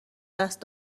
دست